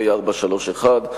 פ/431,